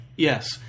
Yes